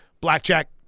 blackjack